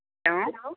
hello